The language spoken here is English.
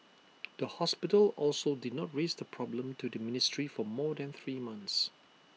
the hospital also did not raise the problem to the ministry for more than three months